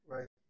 Right